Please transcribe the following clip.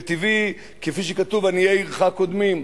זה טבעי, כפי שכתוב: עניי עירך קודמים.